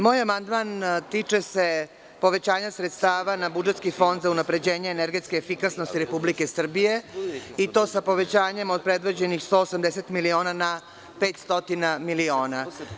Moj amandman tiče se povećanja sredstava na budžetski Fond za unapređenje energetske efikasnosti Republike Srbije i to sa povećanjem od predviđenih 180 miliona na 500 miliona.